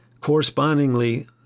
Correspondingly